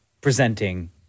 presenting